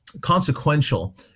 consequential